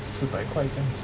四百块这样子